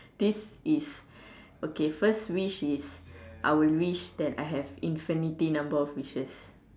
this is okay first wish is I will wish that I have infinity number of wishes